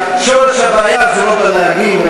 שורש הבעיה הוא לא בנהגים,